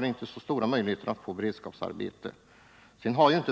det inte så stora möjligheter att få sådana.